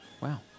Wow